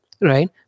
right